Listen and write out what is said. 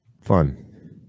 fun